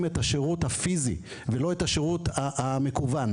את השירות הפיסי ולא את השירות המקוון.